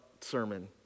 sermon